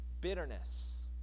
bitterness